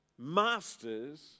masters